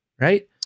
right